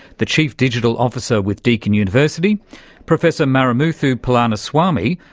the chief digital officer with deakin university professor marimuthu palaniswami,